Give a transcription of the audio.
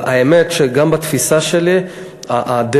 אבל האמת שגם בתפיסה שלי הדרך,